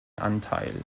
anteil